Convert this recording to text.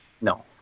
No